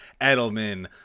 Edelman